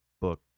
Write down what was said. book